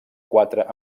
quatre